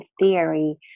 theory